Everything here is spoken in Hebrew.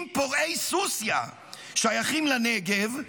אם פורעי סוסיא שייכים לנגב,